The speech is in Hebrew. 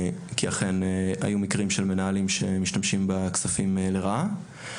כי אכן היו מקרים של מנהלים שהשתמשו בכספים לרעה.